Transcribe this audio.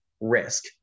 risk